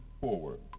forward